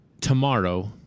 Tomorrow